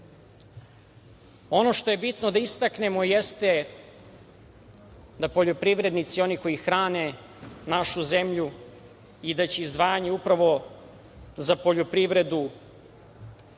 što je bitno da istaknemo jeste da poljoprivrednici, oni koji hrane našu zemlju i da će izdvajanje upravo za poljoprivredu